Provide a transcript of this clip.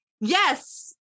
yes